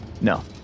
No